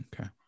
okay